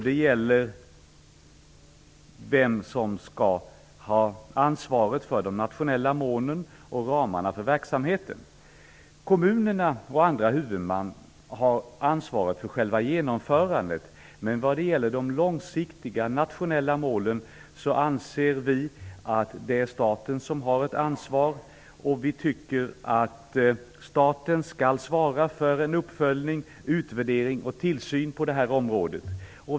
Det gäller vem som skall ha ansvaret för de nationella målen och ange ramarna för verksamheten. Kommunerna och andra huvudmän har ansvaret för själva genomförandet. Men när det gäller de långsiktiga nationella målen anser vi att det är staten som har ansvaret. Staten skall svara för uppföljning, utvärdering och tillsyn på det här området.